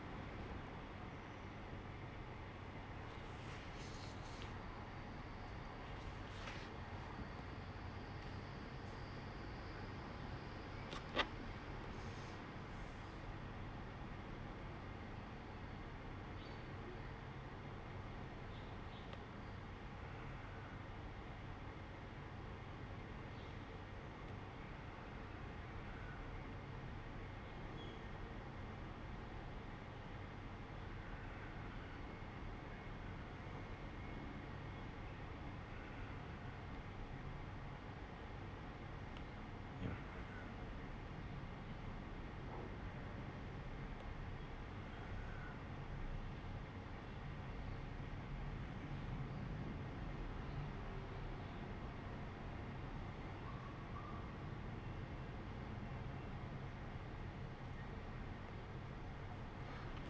ya